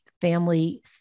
family